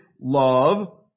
love